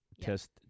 test